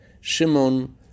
Shimon